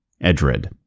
Edred